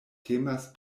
temas